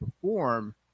perform